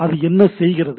அது என்ன செய்கிறது